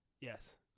Yes